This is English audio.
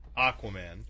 Aquaman